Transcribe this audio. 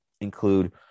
include